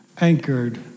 anchored